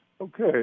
Okay